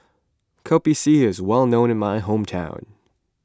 Kopi C is well known in my hometown